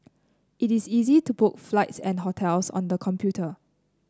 it is easy to book flights and hotels on the computer